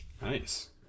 Nice